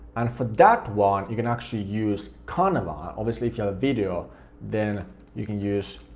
and for that one you can actually use canva, obviously if you have a video then you can use